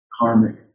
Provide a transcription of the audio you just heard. karmic